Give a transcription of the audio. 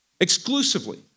exclusively